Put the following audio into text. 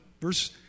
verse